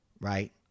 right